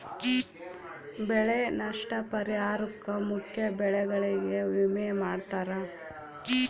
ಬೆಳೆ ನಷ್ಟ ಪರಿಹಾರುಕ್ಕ ಮುಖ್ಯ ಬೆಳೆಗಳಿಗೆ ವಿಮೆ ಮಾಡ್ತಾರ